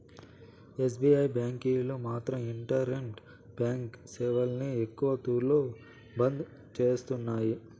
SBI బ్యాంకీలు మాత్రం internet banking సేవల్ని ఎక్కవ తూర్లు బంద్ చేస్తున్నారు